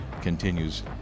continues